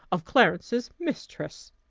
of clarence's mistress.